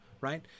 Right